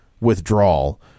withdrawal